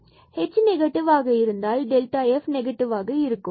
பின்பு h negative ஆக இருந்தால் இது f நெகட்டிவ் ஆக இருக்கும்